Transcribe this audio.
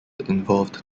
involved